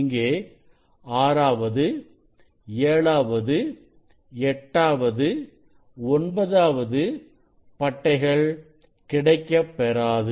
இங்கே ஆறாவது ஏழாவது எட்டாவது ஒன்பதாவது பட்டைகள் கிடைக்கப் பெறாது